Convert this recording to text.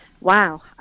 wow